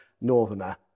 northerner